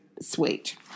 sweet